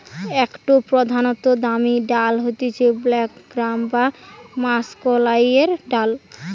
একটো প্রধানতম দামি ডাল হতিছে ব্ল্যাক গ্রাম বা মাষকলাইর ডাল